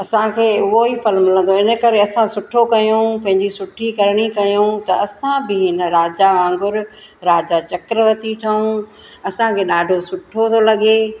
असांखे उहो ई फल मिलंदो हिन करे असां सुठो कयूं पंहिंजी सुठी करिणी कयूं त असां बि हिन राजा वांगुरु राजा चक्करवती ठहियूं असांखे ॾाढो सुठो थो लॻे